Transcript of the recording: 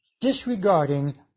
disregarding